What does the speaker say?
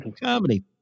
comedy